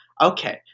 Okay